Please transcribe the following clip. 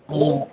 हँ